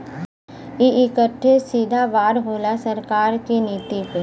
ई एक ठे सीधा वार होला सरकार की नीति पे